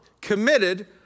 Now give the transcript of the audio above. committed